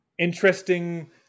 interesting